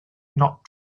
not